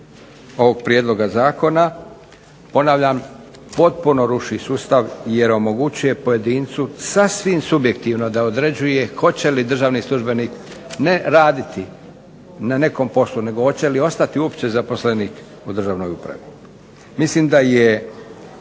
ovog prijedloga zakona, ponavljam potpuno ruši sustav jer omogućuje pojedincu sasvim subjektivno da određuje hoće li državni službenik ne raditi na nekom poslu nego hoće li ostati uopće zaposlenik u državnoj upravi. Mislim da je